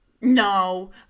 No